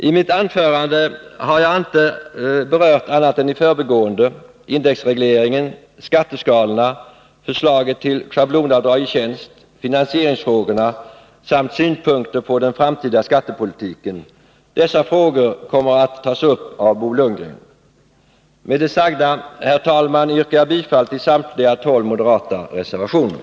I mitt anförande har jag inte berört, annat än i förbigående, indexregleringen, skatteskalorna, förslaget till schablonavdrag i tjänst, finansieringsfrågorna samt synpunkter på den framtida skattepolitiken. Dessa frågor kommer att tas upp av Bo Lundgren. Med det sagda, herr talman, yrkar jag bifall till samtliga tolv moderata reservationer.